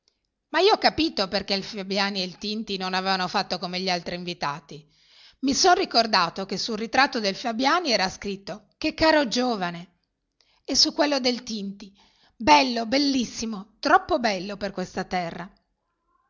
ma io ho capito perché il fabiani e il tinti non avevano fatto come gli altri invitati i son ricordato che sul ritratto del fabiani era scritto che caro giovane e su quello del tinti bello bellissimo troppo bello per questa terra